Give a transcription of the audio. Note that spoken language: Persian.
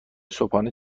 صبحانه